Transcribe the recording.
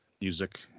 music